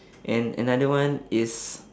and another one is